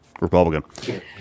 Republican